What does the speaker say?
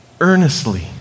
Earnestly